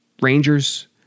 Rangers